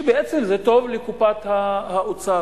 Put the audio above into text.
בעצם זה טוב לקופת האוצר.